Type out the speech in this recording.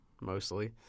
mostly